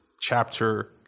chapter